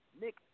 Nick